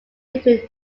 between